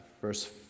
verse